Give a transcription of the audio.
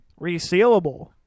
Resealable